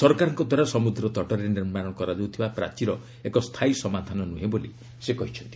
ସରକାରଙ୍କଦ୍ୱାରା ସମୁଦ୍ର ତଟରେ ନିର୍ମାଣ କରାଯାଉଥିବା ପ୍ରାଚୀର ଏକ ସ୍ଥାୟୀ ସମାଧାନ ନୁହେଁ ବୋଲି ସେ କହିଛନ୍ତି